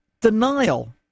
Denial